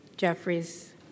Jeffries